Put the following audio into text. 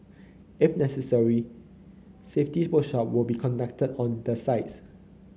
if necessary safety workshop will be conducted on the sites